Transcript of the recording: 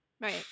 Right